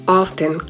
often